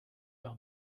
par